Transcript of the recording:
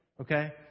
Okay